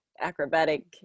acrobatic